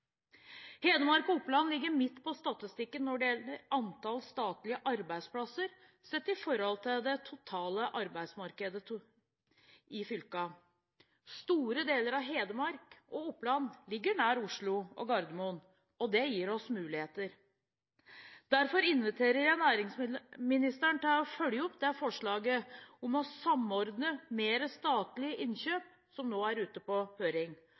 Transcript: Hedmark og Oppland ligger midt på statistikken når det gjelder antall statlige arbeidsplasser sett i forhold til det totale arbeidsmarkedet i fylkene. Store deler av Hedmark og Oppland ligger nær Oslo og Gardermoen, og det gir oss muligheter. Derfor inviterer jeg næringsministeren til å følge opp det forslaget om å samordne mer statlige innkjøp, som nå er ute på høring,